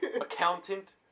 Accountant